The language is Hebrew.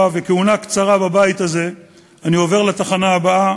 וכהונה קצרה בבית הזה אני עובר לתחנה הבאה